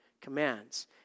commands